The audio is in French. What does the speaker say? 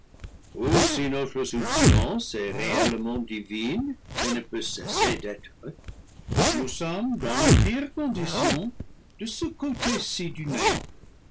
est réellement divine et ne peut cesser d'être nous sommes dans la pire condition de ce côté-ci du néant